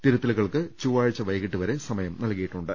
തിരുത്തലുകൾക്ക് ചൊവാഴ്ച വൈകീട്ട് വരെ സമയം നൽകിയിട്ടുണ്ട്